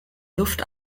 luft